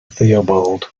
theobald